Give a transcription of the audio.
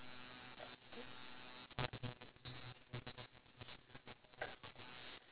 <S